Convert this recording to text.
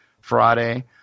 friday